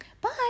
bye